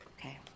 Okay